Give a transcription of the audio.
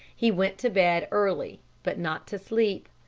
he went to bed early but not to sleep.